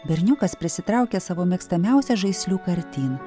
berniukas prisitraukė savo mėgstamiausią žaisliuką artyn